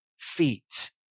feet